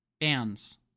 Bands